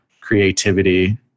creativity